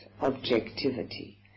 objectivity